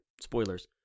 spoilers